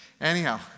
Anyhow